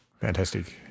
Fantastic